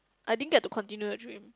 I didn't get to continue the dream